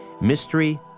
Mystery